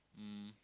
um